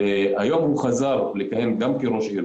היום הוא חזר לכהן גם כראש עיר,